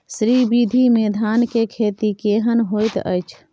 श्री विधी में धान के खेती केहन होयत अछि?